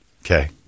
Okay